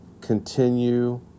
continue